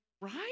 right